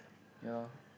ya lor